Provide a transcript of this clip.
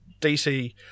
DC